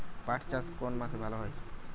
পাট চাষ কোন মাসে ভালো হয়?